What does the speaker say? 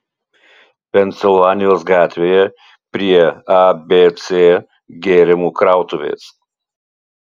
pensilvanijos gatvėje prie abc gėrimų krautuvės